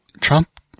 Trump